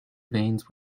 veins